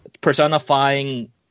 personifying